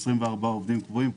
יש 24 עובדים קבועים.